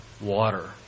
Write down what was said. water